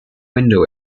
window